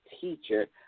teacher